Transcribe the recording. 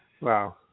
Wow